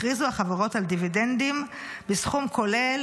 הכריזו החברות על דיבידנדים בסכום כולל,